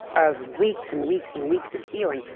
of weeks, and weeks, and weeks, of healing,